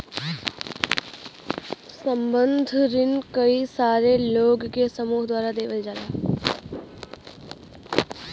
संबंद्ध रिन कई सारे लोग के समूह द्वारा देवल जाला